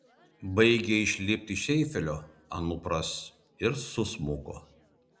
baigė išlipti iš eifelio anupras ir susmuko